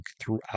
throughout